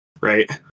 right